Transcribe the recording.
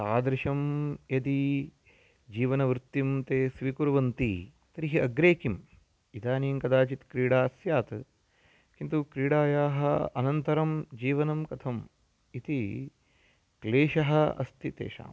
तादृशं यदि जीवनवृत्तिं ते स्वीकुर्वन्ति तर्हि अग्रे किम् इदानीं कदाचित् क्रीडा स्यात् किन्तु क्रीडायाः अनन्तरं जीवनं कथम् इति क्लेशः अस्ति तेषाम्